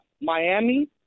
Miami